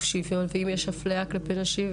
ואם יש הפליה כלפי נשים,